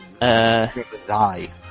Die